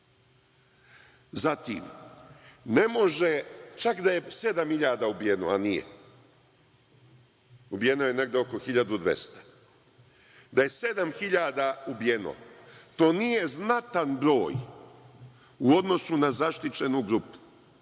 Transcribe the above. ne može čak da je sedam hiljada ubijeno, a nije, ubijeno je negde oko 1.200, da je sedam hiljada ubijeno to nije znatan broj u odnosu na zaštićenu grupu,